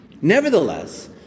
Nevertheless